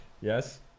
Yes